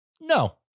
No